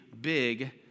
big